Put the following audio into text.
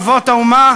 כפי שהאמינו אבות האומה,